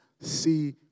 see